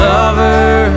Lover